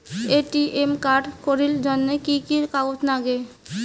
ATM card করির জন্যে কি কি কাগজ নাগে?